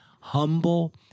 humble